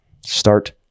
Start